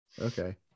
Okay